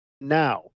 Now